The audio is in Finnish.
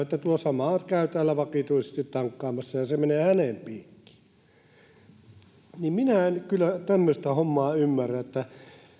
että tuo sama käy siellä vakituisesti tankkaamassa ja se menee hänen piikkiin minä en kyllä tämmöistä hommaa ymmärrä että